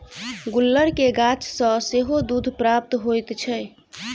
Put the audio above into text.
गुलर के गाछ सॅ सेहो दूध प्राप्त होइत छै